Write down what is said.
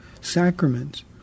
sacraments